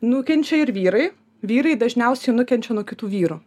nukenčia ir vyrai vyrai dažniausiai nukenčia nuo kitų vyrų